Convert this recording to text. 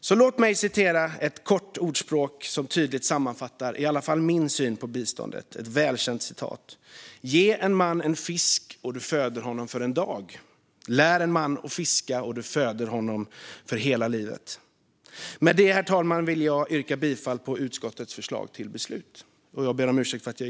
Låt mig till sist läsa upp ett välkänt ordspråk som sammanfattar i varje fall min syn på biståndet: Ge en man en fisk och du föder honom för en dag. Lär en man att fiska och du föder honom för hela livet. Med det, herr talman, ställer jag mig bakom utskottets förslag.